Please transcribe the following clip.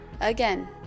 again